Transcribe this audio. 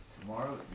Tomorrow